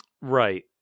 Right